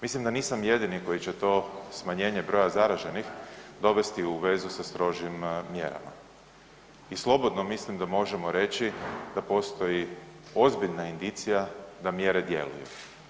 Mislim da nisam jedini koji će to smanjenje broja zaraženih dovesti u vezu sa strožim mjerama i slobodno mislim da možemo reći da postoji ozbiljna indicija da mjere djeluju.